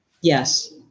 Yes